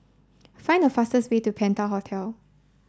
find the fastest way to Penta Hotel